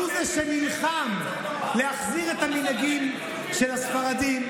שהוא שנלחם להחזיר את המנהגים של הספרדים,